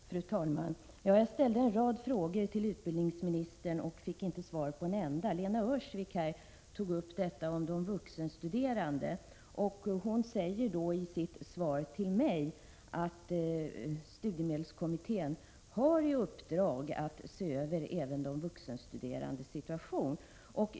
Fru talman! Jag ställde en rad frågor till utbildningsministern men fick inte svar på en enda fråga. Lena Öhrsvik tog upp frågan om de vuxenstuderande. Hon sade i sitt inlägg att studiemedelskommittén har i uppdrag att se över även de vuxenstuderandes situation.